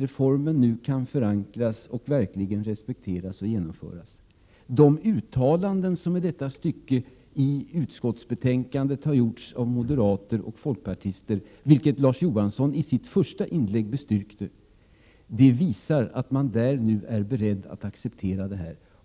reformen nu kan förankras, och respekteras och genomföras. De uttalanden som har gjorts i utskottsbetänkandet av moderater och folkpartister visar att de är beredda att acceptera reformen. Det bestyrkte också Larz Johansson i sitt första inlägg.